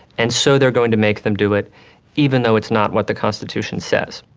and so they're going to make them do it even though it's not what the constitution says.